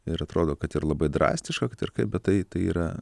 ir atrodo kad ir labai drastiška kad ir kaip bet tai tai yra